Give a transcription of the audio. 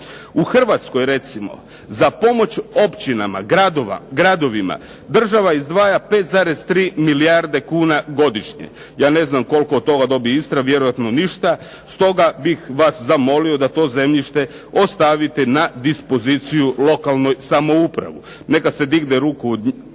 U Hrvatskoj recimo za pomoć općinama, gradovima država izdvaja 5,3 milijarde kuna godišnje. Ja ne znam koliko od toga dobije Istra, vjerojatno ništa, stoga bih vas zamolio da to zemljište ostavite na dispoziciju lokalnoj samoupravi. Neka se digne ruke od